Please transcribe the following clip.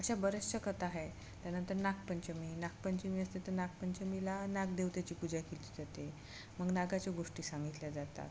अशा बऱ्याचशा कथा आहे त्यानंतर नागपंचमी नागपंचमी असते तर नागपंचमीला नागदेवतेची पूजा केली जाते मग नागाच्या गोष्टी सांगितल्या जातात